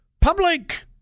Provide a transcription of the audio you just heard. public